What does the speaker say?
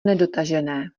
nedotažené